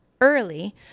early